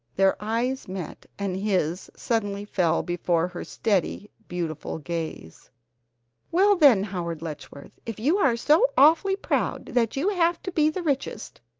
their eyes met and his suddenly fell before her steady, beautiful gaze well, then, howard letchworth, if you are so awfully proud that you have to be the richest,